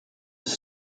have